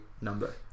number